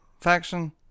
faction